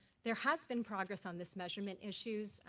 there has been progress on this measurement issues.